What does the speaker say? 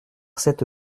cette